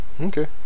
Okay